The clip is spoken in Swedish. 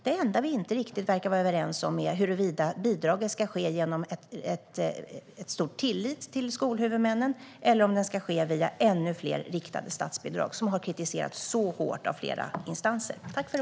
Det enda vi inte verkar vara riktigt överens om är huruvida bidragen ska ske genom stor tillit till skolhuvudmännen eller om de ska ske via ännu fler riktade statsbidrag, som har kritiserats hårt av flera instanser.